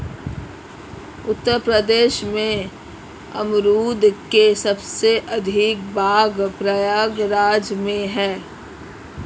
उत्तर प्रदेश में अमरुद के सबसे अधिक बाग प्रयागराज में है